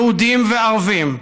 יהודים וערבים,